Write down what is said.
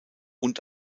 und